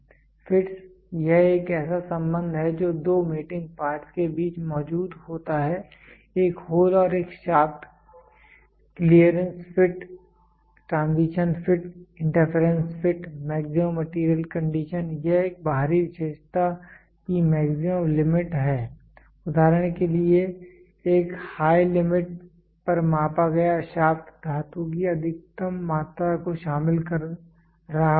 fits यह एक ऐसा संबंध है जो 2 मेटिंग पार्ट्स के बीच मौजूद होता है एक होल और एक shaft clearance fit transition fit interference fit maximum material condition यह एक बाहरी विशेषता की मैक्सिमम लिमिट है उदाहरण के लिए एक हाय लिमिट पर मापा गया शाफ्ट धातु की अधिकतम मात्रा को शामिल कर रहा होगा